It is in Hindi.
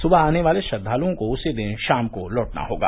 सुबह आने वाले श्रद्वालुओं को उसी दिन शाम को लौटना होगा